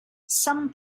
some